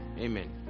Amen